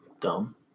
dumb